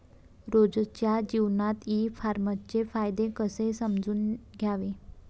रोजच्या जीवनात ई कामर्सचे फायदे कसे समजून घ्याव?